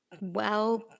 well-